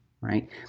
right